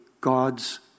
God's